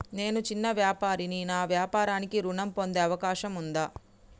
నేను చిన్న వ్యాపారిని నా వ్యాపారానికి ఋణం పొందే అవకాశం ఉందా?